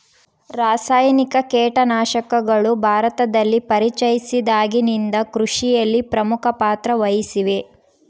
ರಾಸಾಯನಿಕ ಕೇಟನಾಶಕಗಳು ಭಾರತದಲ್ಲಿ ಪರಿಚಯಿಸಿದಾಗಿನಿಂದ ಕೃಷಿಯಲ್ಲಿ ಪ್ರಮುಖ ಪಾತ್ರ ವಹಿಸಿವೆ